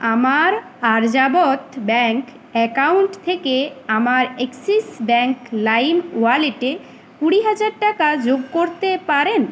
আমার আর্যাবত ব্যাঙ্ক অ্যাকাউন্ট থেকে আমার অ্যাক্সিস ব্যাঙ্ক লাইম ওয়ালেটে কুড়ি হাজার টাকা যোগ করতে পারেন